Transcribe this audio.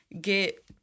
get